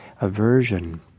aversion